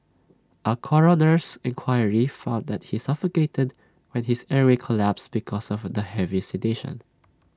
A coroner's inquiry found that he suffocated when his airway collapsed because of the heavy sedation